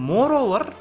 Moreover